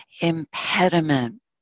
impediment